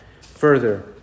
further